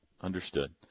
understood